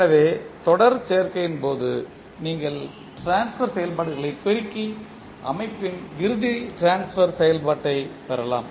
எனவே தொடர் சேர்க்கையின் போது நீங்கள் ட்ரான்ஸ்பர் செயல்பாடுகளை பெருக்கி அமைப்பின் இறுதி ட்ரான்ஸ்பர் செயல்பாட்டைப் பெறலாம்